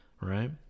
right